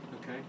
Okay